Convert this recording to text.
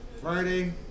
Friday